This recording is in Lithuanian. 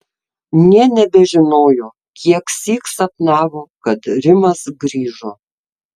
nė nebežinojo kieksyk sapnavo kad rimas grįžo